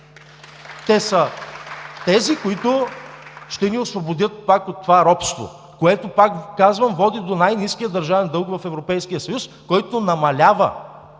Те са тези, които ще ни освободят от това робство, което, пак казвам, води до най-ниския държавен дълг в Европейския съюз, който намалява.